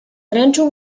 dręczył